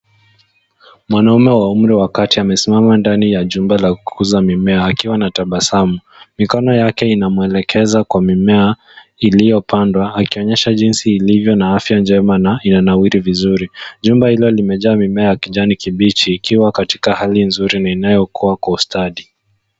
Mwanaume wa umri wa kati amesimama ndani ya jumba la kukuza mimea akiwa na tabasamu. Mikono yake inamwelekeza kwa mimea iliyopandwa, akionyesha jinsi ilivyo na afya njema na inanawiri vizuri. Jumba hilo limejaa mimea ya kijani kibichi ikiwa katika hali nzuri na inayokuwa kwa ustadi.